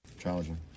Challenging